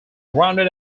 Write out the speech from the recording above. rounded